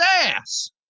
ass